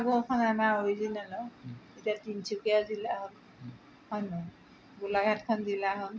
আগৰখন আমাৰ অৰিজিনেল এতিয়া তিনিচুকীয়া জিলা হ'ল গোলাঘাটখন জিলা হ'ল